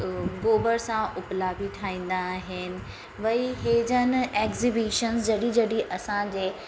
गोबर सां उपला बि ठाहींदा आहिनि वयी हीअ जन एग्ज़ीबीशन जॾहिं जॾहिं असांजे